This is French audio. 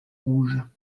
rouge